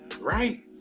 Right